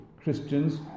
Christians